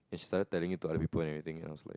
sudden telling to other people anything else